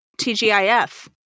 tgif